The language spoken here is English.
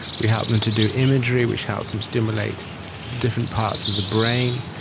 we help them to do imagery which helps them stimulate different parts of the brain.